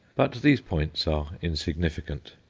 but these points are insignificant.